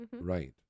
right